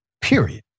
period